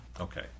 Okay